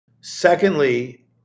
Secondly